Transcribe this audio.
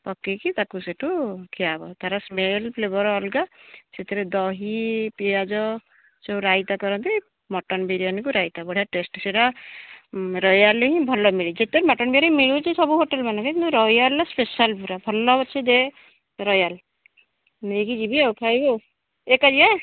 ପକାଇକି ତାକୁ ସେଇଠୁ ଖିଆହେବ ତା'ର ସ୍ମେଲ୍ ଫ୍ଲେଭର୍ ଅଲଗା ସେଥିରେ ଦହି ପିଆଜ ସବୁ ରାଇତା କରନ୍ତି ମଟନ୍ ବିରିୟାନିକୁ ରାଇତା ବଢ଼ିଆ ଟେଷ୍ଟ୍ ସେଇଟା ରୟାଲ୍ରେ ହିଁ ଭଲ ମିଳେ ଯେତେ ମଟନ୍ ବିରିୟାନି ମିଳୁଛି ସବୁ ହୋଟେଲ୍ମାନଙ୍କରେ କିନ୍ତୁ ରୟାଲ୍ରେ ସ୍ପେଶାଲ୍ ପୁରା ଭଲସେ ଦିଏ ରୟାଲ୍ ନେଇକି ଯିବି ଆଉ ଖାଇବି ଆଉ